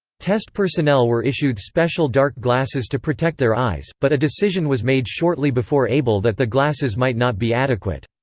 test personnel were issued special dark glasses to protect their eyes, but a decision was made shortly before able that the glasses might not be adequate.